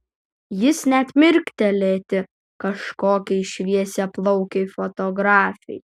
jis net mirkteli kažkokiai šviesiaplaukei fotografei